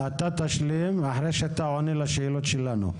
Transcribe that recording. אתה תשלים אחרי שאתה עונה לשאלות שלנו.